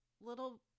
little